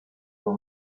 for